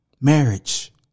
Marriage